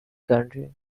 country